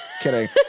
Kidding